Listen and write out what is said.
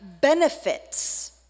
benefits